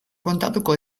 kontatuko